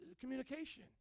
communication